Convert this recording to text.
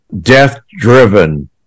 death-driven